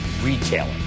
retailer